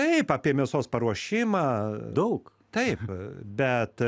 taip apie mėsos paruošimą daug taip bet